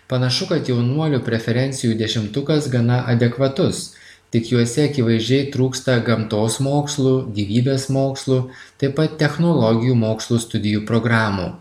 panašu kad jaunuolių preferencijų dešimtukas gana adekvatus tik juose akivaizdžiai trūksta gamtos mokslų gyvybės mokslų taip pat technologijų mokslų studijų programų